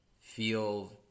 feel